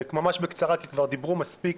ממש בקצרה כי כבר דיברו מספיק,